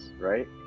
right